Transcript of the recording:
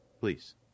please